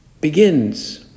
begins